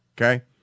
Okay